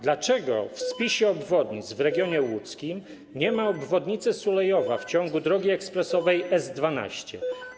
Dlaczego w spisie obwodnic w regionie łódzkim nie ma obwodnicy Sulejowa w ciągu drogi ekspresowej S12?